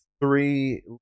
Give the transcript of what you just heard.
three